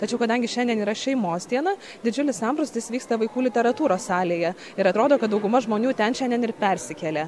tačiau kadangi šiandien yra šeimos diena didžiulis sambrūzdis vyksta vaikų literatūros salėje ir atrodo kad dauguma žmonių ten šiandien ir persikėlė